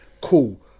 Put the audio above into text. Cool